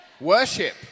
Worship